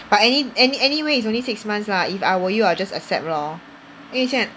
but any any anyway it's only six months lah if I were you I would just accept lor 因为像